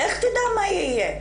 לך תדע מה יהיה.